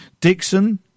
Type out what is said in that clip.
Dixon